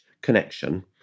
connection